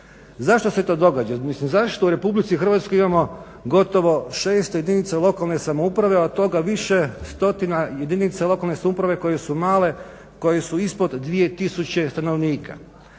Zašto se to događa, zašto u Republici Hrvatskoj imamo gotovo 600 jedinica lokalne samouprave, od toga više stotina jedinica lokalne samouprave koje su male, koje su ispod 2000 stanovnika.